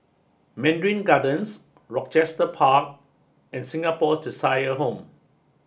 Mandarin Gardens Rochester Park and Singapore Cheshire Home